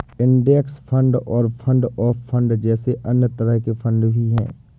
index fund और fund of fund जैसे अन्य तरह के फण्ड भी हैं